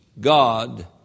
God